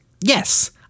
Yes